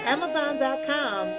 Amazon.com